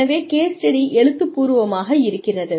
எனவே case study எழுத்துப்பூர்வமாக இருக்கிறது